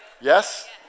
yes